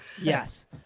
Yes